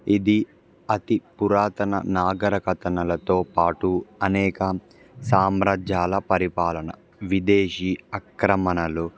ఇది అతి పురాతన నాగరకథనాలతో పాటు అనేక సామ్రాజ్యాల పరిపాలన విదేశీ అక్రమణలో